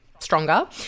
stronger